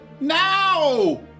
now